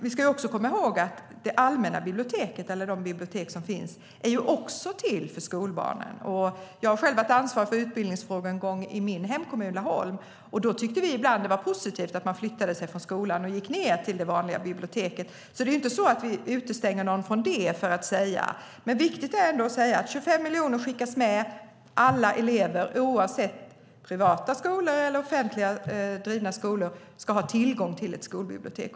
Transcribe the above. Vi ska komma ihåg att de allmänna biblioteken även är till för skolbarnen. Jag har en gång i tiden varit ansvarig för utbildningsfrågorna i min hemkommun Laholm, och då tyckte vi att det ibland var positivt att eleverna gick från skolan ned till det vanliga biblioteket. Vi utestänger alltså ingen från det. Det är viktigt att säga att 25 miljoner skickas med. Alla elever, oavsett om de går i privata eller offentligt drivna skolor, ska ha tillgång till skolbibliotek.